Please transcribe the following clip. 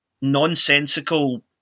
nonsensical